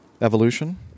evolution